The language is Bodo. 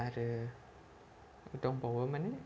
आरो दंबावो माने